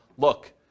look